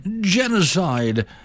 genocide